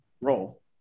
role